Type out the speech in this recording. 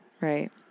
Right